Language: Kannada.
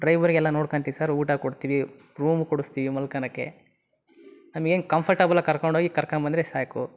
ಡ್ರೈವರಿಗೆಲ್ಲ ನೋಡ್ಕಂತೀವಿ ಸರ್ ಊಟ ಕೊಡ್ತೀವಿ ರೂಮ್ ಕೊಡ್ಸ್ತೀವಿ ಮಲ್ಕಳಕೆ ನಮಗೇನ್ ಕಂಫರ್ಟಬಲ್ ಆಗಿ ಕರ್ಕೊಂಡು ಹೋಗಿ ಕರ್ಕೊಂಡು ಬಂದರೆ ಸಾಕು